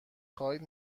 خواهید